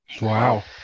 Wow